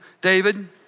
David